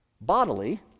bodily